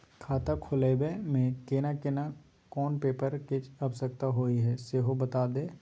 खाता खोलैबय में केना कोन पेपर के आवश्यकता होए हैं सेहो बता देब?